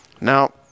Now